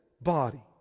body